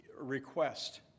request